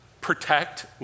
protect